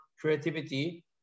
creativity